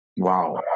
wow